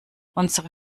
unsere